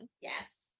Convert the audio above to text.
Yes